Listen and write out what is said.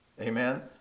Amen